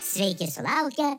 sveiki sulaukę